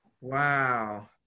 Wow